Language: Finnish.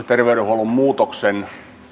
terveydenhuollon muutoksen